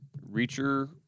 Reacher